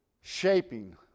shaping